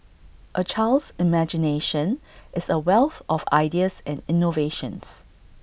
A child's imagination is A wealth of ideas and innovations